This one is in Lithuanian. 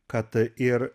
kad ir